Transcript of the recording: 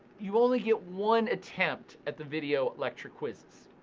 you only get one attempt at the video lecture quizzes.